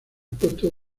puestos